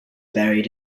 buried